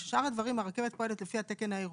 שבשאר הדברים הרכבת פועלת התקן האירופי,